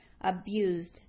abused